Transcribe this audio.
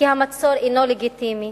כי המצור אינו לגיטימי,